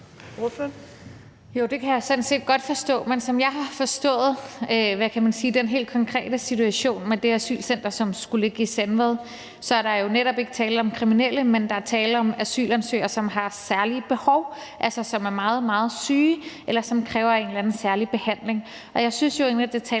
jeg sådan set godt forstå, men som jeg har forstået, hvad kan man sige, den helt konkrete situation med det asylcenter, som skulle ligge i Sandvad, er der jo netop ikke tale om kriminelle, men der er tale om asylansøgere, som har særlige behov, som altså er meget, meget syge, eller som kræver en eller anden særlig behandling. Jeg synes jo egentlig, det taler